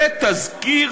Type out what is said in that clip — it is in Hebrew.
ותזכיר